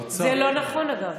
זה לא נכון, אגב.